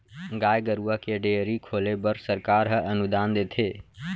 गाय गरूवा के डेयरी खोले बर सरकार ह अनुदान देथे